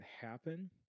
happen